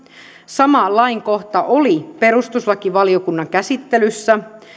sama lainkohta oli perustuslakivaliokunnan käsittelyssä